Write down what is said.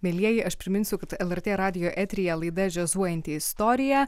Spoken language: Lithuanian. mielieji aš priminsiu kad lrt radijo eteryje laida džiazuojanti istorija